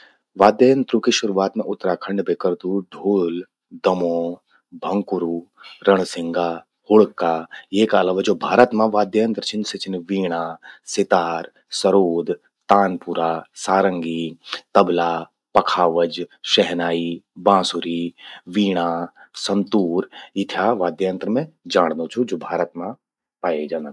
वाद्य यंत्रों की शुरुआत मैं उत्तराखंड बे करदू। ढोल, दमौं, भंकुरु, रणसिंगा, हुड़का। येका अलावा ज्वो भारत मां वाद्य यंत्र छिन, सि छिन वीणा, सितार, सरोद, तानपुरा, सारंगी, तबला, पखावज, शहनाई, बांसुरी, वीणा, संतूर। इथ्या वाद्य यंत्र मैं जाणदूं छूं, ज्वो भारत मां पाये जंदन।